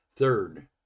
Third